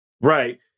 Right